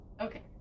Okay